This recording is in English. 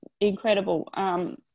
incredible